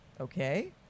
Okay